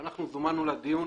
אנחנו זומנו לדיון.